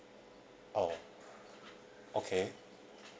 oh okay